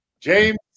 James